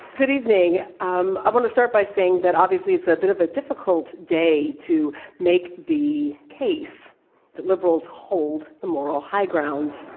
good evening. um i want to start by saying that, obviously, it's a bit of a difficult day to make the case that liberals hold the moral high ground.